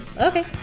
Okay